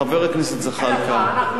חבר הכנסת זחאלקה,